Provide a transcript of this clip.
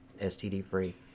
STD-free